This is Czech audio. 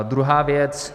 Druhá věc.